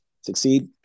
succeed